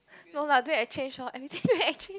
no lah during exchange lor everything during exchange